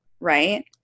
right